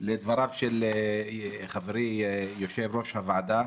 לדבריו של חברי יושב-ראש הוועדה.